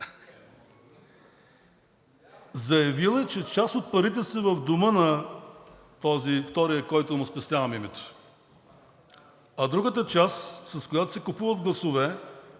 Заявил е, че част от парите са в дома на този втория, на когото му спестявам името. А другата част, с която се купуват гласове,